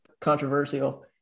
controversial